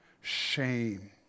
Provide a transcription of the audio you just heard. Shame